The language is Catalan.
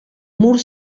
mur